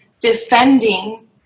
defending